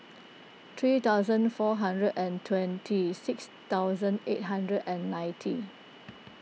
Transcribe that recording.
three thousand four hundred and twenty six thousand eight hundred and ninety